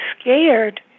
scared